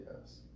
yes